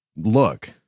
look